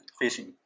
fishing